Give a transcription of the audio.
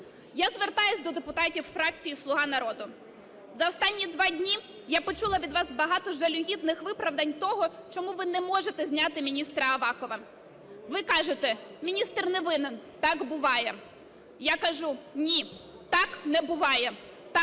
Я звертаюсь до депутатів фракції "Слуга народу". За останні два дні я почула від вас багато жалюгідних виправдань того, чому ви не можете зняти міністра Авакова. Ви кажете: міністр не винен, так буває. Я кажу: ні, так не буває,